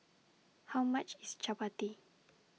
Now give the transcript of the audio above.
How much IS Chapati